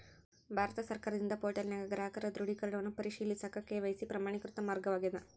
ಭಾರತ ಸರ್ಕಾರದಿಂದ ಪೋರ್ಟಲ್ನ್ಯಾಗ ಗ್ರಾಹಕರ ದೃಢೇಕರಣವನ್ನ ಪರಿಶೇಲಿಸಕ ಕೆ.ವಾಯ್.ಸಿ ಪ್ರಮಾಣಿತ ಮಾರ್ಗವಾಗ್ಯದ